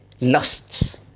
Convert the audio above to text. lusts